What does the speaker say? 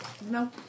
No